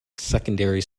secondary